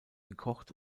gekocht